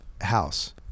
house